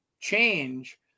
change